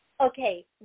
Okay